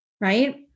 right